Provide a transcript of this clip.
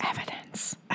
evidence